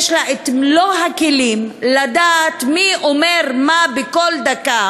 יש לה מלוא הכלים לדעת מי אומר מה בכל דקה,